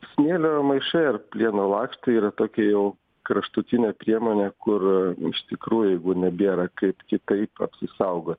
smėlio maišai ir plieno lakštai yra tokia jau kraštutinė priemonė kur iš tikrųjų jeigu nebėra kaip kitaip apsisaugot